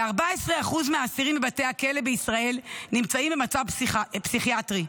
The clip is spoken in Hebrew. כ-14% מהאסירים בבתי הכלא בישראל נמצאים במצב פסיכיאטרי.